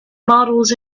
models